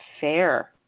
fair